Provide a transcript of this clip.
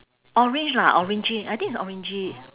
orange lah orangey I think it's orangey